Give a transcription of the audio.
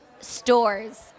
stores